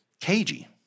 cagey